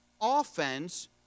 offense